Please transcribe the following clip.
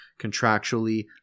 contractually